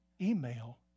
email